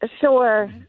Sure